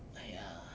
!aiya!